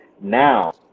Now